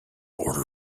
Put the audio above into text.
order